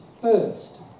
first